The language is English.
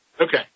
Okay